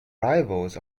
rivals